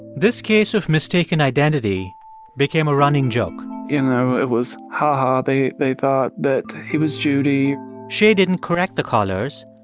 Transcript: this case of mistaken identity became a running joke you know, it was ha-ha, they they thought that he was judy shay didn't correct the callers.